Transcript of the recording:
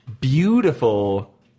beautiful